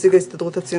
נציג ההסתדרות הציונית,